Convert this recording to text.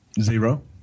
Zero